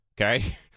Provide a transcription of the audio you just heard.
Okay